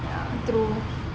ya true